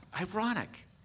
Ironic